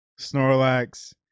Snorlax